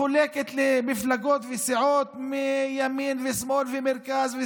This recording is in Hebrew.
מחולקת למפלגות וסיעות מימין ומשמאל ומהמרכז,